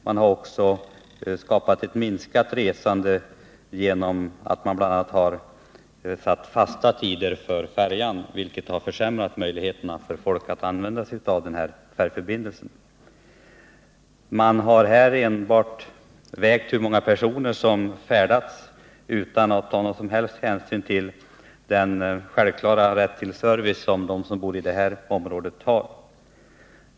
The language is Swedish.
Man har också skapat ett minskat resande genom att bl.a. sätta fasta tider för färjan, vilket försämrat möjligheterna för folk att använda sig av färjeförbindelsen. Man har här enbart vägt in hur många personer som färdats utan att ta någon som helst hänsyn till den självklara rätt till service som de som bor i det här området har.